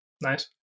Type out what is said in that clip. Nice